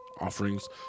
offerings